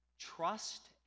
Trust